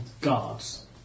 guards